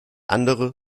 andere